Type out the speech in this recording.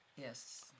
Yes